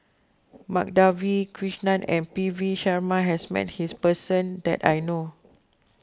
Madhavi Krishnan and P V Sharma has met this person that I know